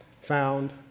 found